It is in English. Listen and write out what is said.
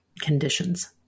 conditions